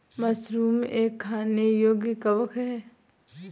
mushroom एक खाने योग्य कवक है